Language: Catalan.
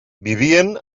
vivien